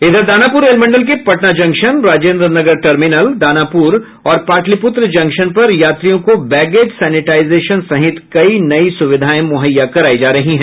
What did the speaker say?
इधर दानापुर रेलमंडल के पटना जंक्शन राजेंद्र नगर टर्मिनल दानापुर और पाटलिपुत्र जंक्शन पर यात्रियों को बैगेज सैनिटाइजेशन सहित कई नयी सुविधायें मुहैया करायी जा रही है